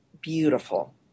beautiful